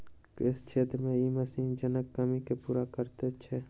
कृषि क्षेत्र मे ई मशीन जनक कमी के पूरा करैत छै